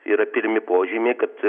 yra pirmi požymiai kad